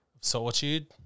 solitude